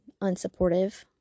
unsupportive